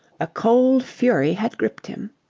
a cold fury had gripped him.